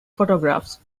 photographs